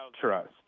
trust